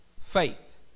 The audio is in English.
faith